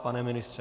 Pane ministře?